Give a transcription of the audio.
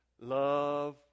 Love